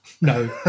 No